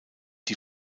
die